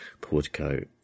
portico